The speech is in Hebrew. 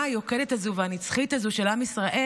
היוקדת הזו והנצחית הזו של עם ישראל,